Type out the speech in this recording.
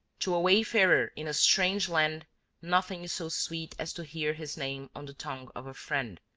to a wayfarer in a strange land nothing is so sweet as to hear his name on the tongue of a friend,